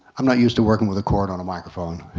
i'm not used to working with a cord on a microphone.